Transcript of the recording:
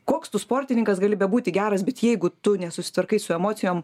koks tu sportininkas gali bebūti geras bet jeigu tu nesusitvarkai su emocijom